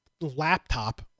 laptop